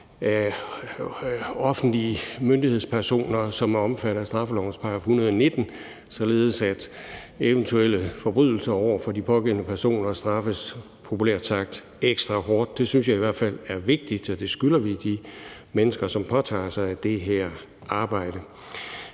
af offentlige myndighedspersoner, som er omfattet af straffelovens § 119, således at eventuelle forbrydelser over for de pågældende personer straffes populært sagt ekstra hårdt. Det synes jeg i hvert fald er vigtigt; det skylder vi de mennesker, som påtager sig det her arbejde.